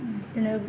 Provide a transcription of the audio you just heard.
बिदिनो